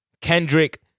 Kendrick